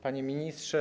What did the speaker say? Panie Ministrze!